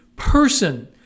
person